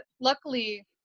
luckily